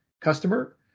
customer